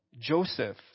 Joseph